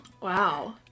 Wow